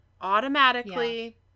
automatically